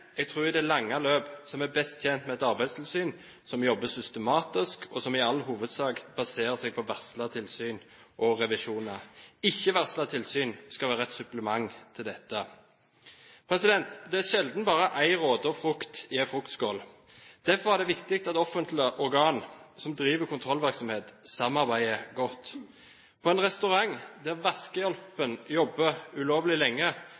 jeg tror at vi i det lange løp er best tjent med et arbeidstilsyn som jobber systematisk, og som i all hovedsak baserer seg på varslede tilsyn og revisjoner. Ikke varslede tilsyn skal være et supplement til dette. Det er sjelden bare én råtten frukt i en fruktskål. Derfor er det viktig at offentlige organer som driver kontrollvirksomhet, samarbeider godt. På en restaurant der vaskehjelpen jobber ulovlig lenge